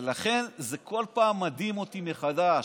ולכן, זה כל פעם מדהים אותי מחדש.